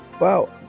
Wow